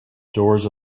doors